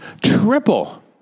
Triple